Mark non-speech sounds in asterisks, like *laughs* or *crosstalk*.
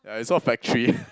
ya is all factory *laughs*